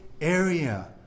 area